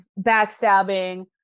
backstabbing